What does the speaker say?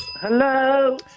hello